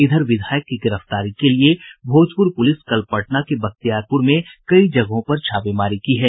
इधर विधायक की गिरफ्तारी के लिये भोजपुर पुलिस ने कल पटना के बख्तियारपुर में कई जगहों पर छापेमारी की है